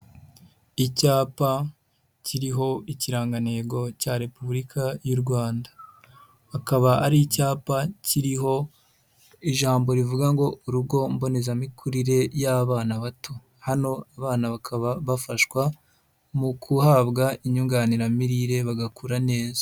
Icyapa kiriho ikirangantego cya Repubulika y'u Rwanda, akaba ari icyapa kiriho ijambo rivuga ngo urugo mbonezamikurire y'abana bato, hano abana bakaba bafashwa mu guhabwa inyunganiramirire bagakura neza.